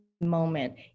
moment